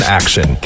action